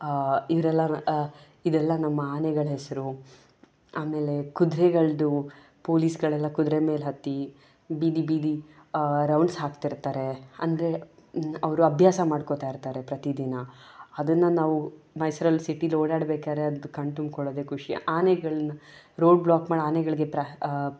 ಇವ್ರೆಲ್ಲರು ಇದೆಲ್ಲ ನಮ್ಮ ಆನೆಗಳ ಹೆಸರು ಆಮೇಲೆ ಕುದುರೆಗಳ್ದು ಪೊಲೀಸ್ಗಳೆಲ್ಲ ಕುದುರೆ ಮೇಲೆ ಹತ್ತಿ ಬೀದಿ ಬೀದಿ ರೌಂಡ್ಸ್ ಹಾಕ್ತಿರ್ತಾರೆ ಅಂರೆದ ಅವರು ಅಭ್ಯಾಸ ಮಾಡ್ಕೊಳ್ತಾ ಇರ್ತಾರೆ ಪ್ರತಿದಿನ ಅದನ್ನು ನಾವು ಮೈಸೂರಲ್ಲಿ ಸಿಟಿಲಿ ಓಡಾಡಬೇಕಾದ್ರೆ ಅದು ಕಣ್ಣು ತುಂಬ್ಕೊಳ್ಳೋದೆ ಖುಷಿ ಆನೆಗಳು ರೋಡ್ ಬ್ಲಾಕ್ ಮಾಡಿ ಆನೆಗಳಿಗೆ ಪ್ರಾ